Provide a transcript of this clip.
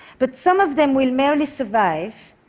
but some of them will merely survive,